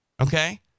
Okay